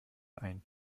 ein